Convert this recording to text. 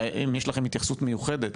האם יש לכם התייחסות מיוחדת